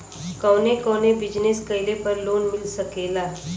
कवने कवने बिजनेस कइले पर लोन मिल सकेला?